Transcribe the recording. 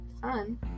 fun